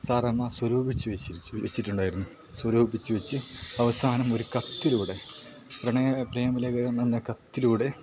സാറാമ്മ സ്വരൂപിച്ച് വച്ചിട്ടുണ്ടായിരുന്നു സ്വരൂപിച്ച് വച്ച് അവസാനം ഒരു കത്തിലൂടെ പ്രണയ പ്രേമലേഖനം എന്ന കത്തിലൂടെ